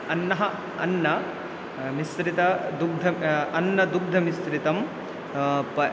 अन्नम् अन्नं मिश्रितं दुग्धम् अन्नदुग्धमिश्रितम् प